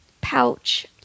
pouch